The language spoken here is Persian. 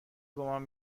گمان